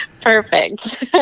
Perfect